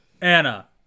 Anna